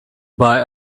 buy